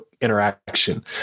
interaction